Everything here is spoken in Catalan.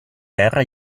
terra